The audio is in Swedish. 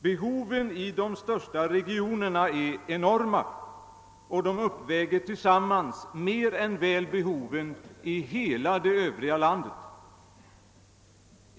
Behoven i de största regionerna är enorma och tillsammans uppväger de mer än väl behoven i hela det övriga landet.